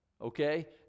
okay